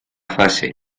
fase